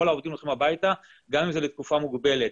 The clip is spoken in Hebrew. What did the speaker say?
העובדים הולכים הביתה גם אם זה לתקופה מוגבלת.